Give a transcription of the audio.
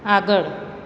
આગળ